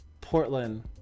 Portland